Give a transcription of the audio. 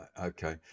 Okay